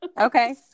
okay